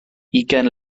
ugain